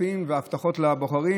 כספים וההבטחות לבוחרים.